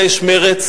היה איש מרצ,